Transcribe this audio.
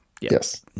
Yes